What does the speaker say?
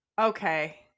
Okay